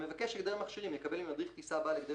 המבקש הגדר מכשירים יקבל ממדריך טיסה בעל הגדר